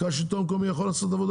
מרכז השלטון המקומי יכול לעשות עבודה